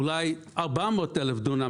אולי 400 אלף דונם,